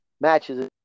matches